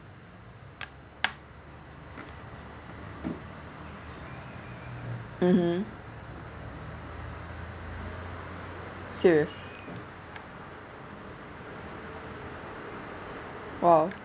mmhmm serious !wow!